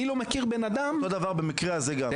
ואני לא מכיר בן אדם --- אותו דבר במקרה הזה גם.